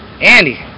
Andy